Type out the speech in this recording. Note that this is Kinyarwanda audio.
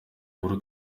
uhuru